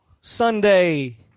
Sunday